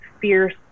fierce